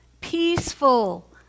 peaceful